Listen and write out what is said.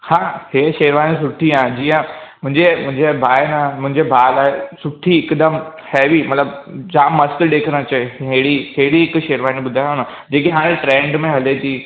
हा इहो शेरवानी सुठी आहे जीअं मुंहिंजे मुंहिंजे भाउ आहे न मुंहिंजे भाउ लाइ सुठी हिकदमि हैवी मतलबु जाम मस्तु ॾिसण अचे अहिड़ी अहिड़ी हिकु शेरवानी ॿुधायो न जेकी हाणे ट्रेंड में हले थी